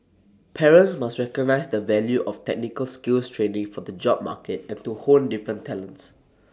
parents must recognise the value of technical skills training for the job market and to hone different talents